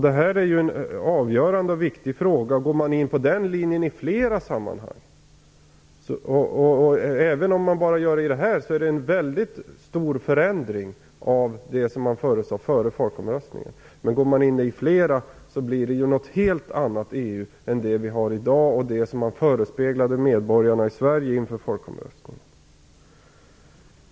Detta är ju en avgörande och viktig fråga. Går man på den linjen i flera sammanhang, och även om man bara gör det i detta fall, är det en mycket stor förändring av det man sade före folkomröstningen. Går man in i flera delar blir det ett helt annat EU än det vi har i dag och det som man förespeglade medborgarna i Sverige inför folkomröstningen.